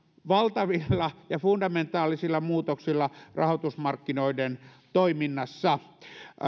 valtavilla ja fundamentaalisilla muutoksilla rahoitusmarkkinoiden toiminnassa